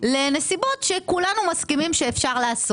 לנסיבות שכולנו מסכימים שאפשר לעשות.